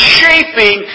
shaping